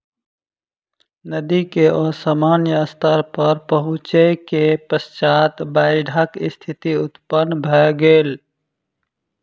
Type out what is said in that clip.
नदी के असामान्य स्तर पर पहुँचै के पश्चात बाइढ़क स्थिति उत्पन्न भ गेल